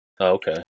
Okay